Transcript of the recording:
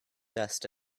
dust